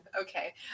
Okay